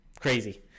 crazy